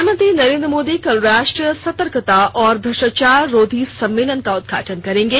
प्रधानमंत्री नरेन्द्र मोदी कल राष्ट्रीय सतर्कता और भ्रष्टाचार रोधी सम्मेलन का उदघाटन करेंगे